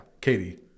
Katie